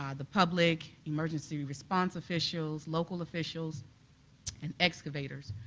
um the public, emergency response officials, local officials and excavators.